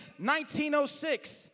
1906